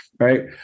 Right